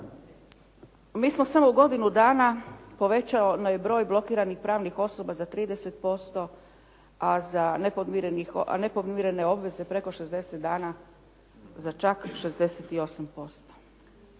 Mi smo samo u godinu dana, povećao je broj blokiranih pravnih osoba za 30%, a za nepodmirene obveze preko 60 dana za čak 68%.